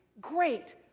great